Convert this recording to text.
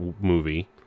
movie